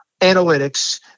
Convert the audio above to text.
analytics